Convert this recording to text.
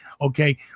Okay